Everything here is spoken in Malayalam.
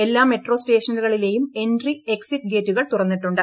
എല്ലാ മെട്രോ സ്റ്റേഷനുകളിലെയും എൻട്രി എക്സിറ്റ് ഗേറ്റുകൾ തുറന്നിട്ടുണ്ട്